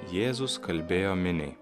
jėzus kalbėjo miniai